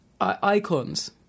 icons